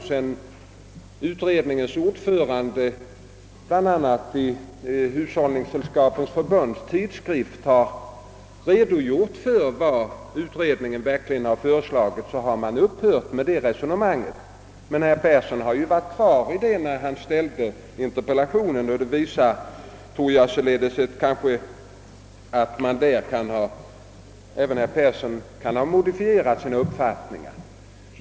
Sedan utredningens ordförande, bl.a. i Hushållningssällskapens tidskrift, har redogjort för vad utredningen verkligen föreslagit, har man upphört med det resonemanget. Men herr Persson talade om prispress då han framställde interpellationen. Det visar således att även herr Persson kan ha modifierat sina uppfattningar.